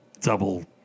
double